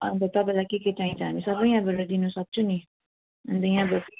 अन्त तपाईँलाई के के चाहिन्छ हामी सबै यहाँबाड दिनु सक्छौँ नि अन्त यहाँबाट